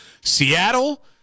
Seattle